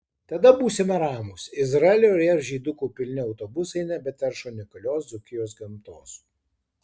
tada būsime ramūs izraelio ir jav žydukų pilni autobusai nebeterš unikalios dzūkijos gamtos